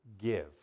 give